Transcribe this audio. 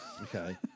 Okay